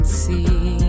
see